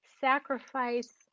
sacrifice